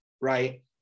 right